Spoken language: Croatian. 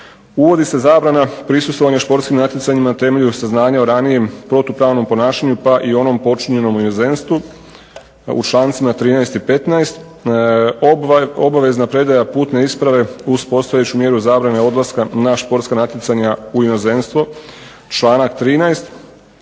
Uvodi se zabrana prisustvovanja športskim natjecanjima na temelju saznanja o ranijem protupravnom ponašanju pa i onom počinjenom u inozemstvu u člancima 13. i 15. Obavezna predaja putne isprave uz postojeću mjeru zabrane odlaska na športska natjecanja u inozemstvo, članak 13.